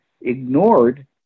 ignored